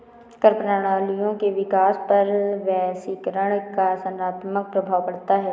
कर प्रणालियों के विकास पर वैश्वीकरण का सकारात्मक प्रभाव पढ़ता है